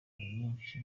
nyinshi